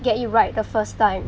get it right the first time